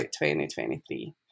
2023